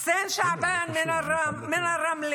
חוסין שעבאן מרמלה,